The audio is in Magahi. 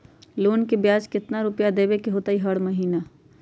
लोन के ब्याज कितना रुपैया देबे के होतइ हर महिना?